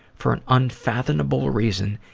for an unfathomable reason,